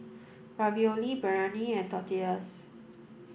Ravioli Biryani and Tortillas